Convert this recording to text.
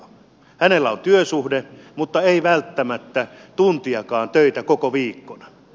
hänellä on työsuhde mutta ei välttämättä tuntiakaan töitä koko viikkona